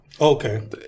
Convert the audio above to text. okay